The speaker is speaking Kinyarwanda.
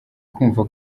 kwumva